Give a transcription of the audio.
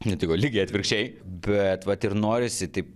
nutiko lygiai atvirkščiai bet vat ir norisi taip